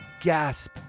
gasp